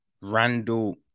Randall